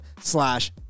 slash